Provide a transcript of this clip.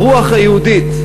הרוח היהודית,